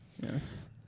Yes